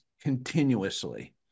continuously